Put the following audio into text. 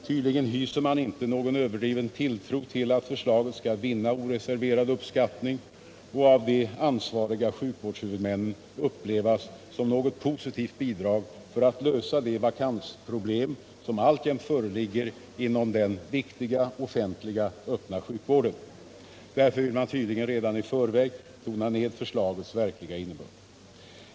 Tydligen hyser man inte någon överdriven tilltro till att förslaget skall vinna oreserverad uppskattning och av de ansvariga sjukvårdshuvudmännen upplevas som något positivt bidrag för att lösa de vakansproblem som alltjämt föreligger inom den viktiga offentliga öppna sjukvården. Därför vill man tydligen redan i förväg tona ned förslagets verkliga innebörd.